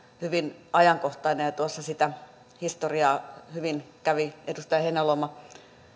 hyvin ajankohtainen ja tuossa sitä historiaa hyvin kävi edustaja heinäluoma